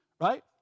Right